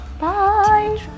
Bye